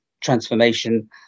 transformation